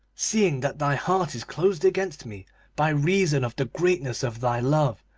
seeing that thy heart is closed against me by reason of the greatness of thy love.